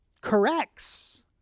corrects